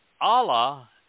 Allah